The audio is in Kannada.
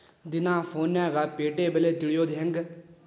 ದಿನಾ ಫೋನ್ಯಾಗ್ ಪೇಟೆ ಬೆಲೆ ತಿಳಿಯೋದ್ ಹೆಂಗ್?